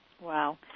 Wow